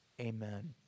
amen